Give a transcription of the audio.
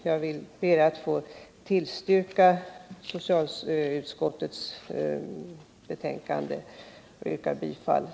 Jag ber att få yrka bifall till socialutskottets hemställan.